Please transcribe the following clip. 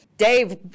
Dave